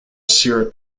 syrup